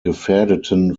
gefährdeten